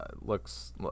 looks